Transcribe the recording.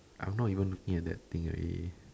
I'm not even looking at that thing already